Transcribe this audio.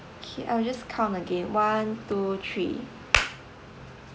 okay I will just count again one two three